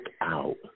out